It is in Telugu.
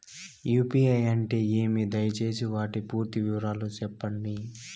యు.పి.ఐ అంటే ఏమి? దయసేసి వాటి పూర్తి వివరాలు సెప్పండి?